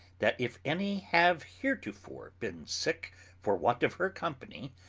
that if any have heretofore been sick for want of her company,